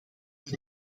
het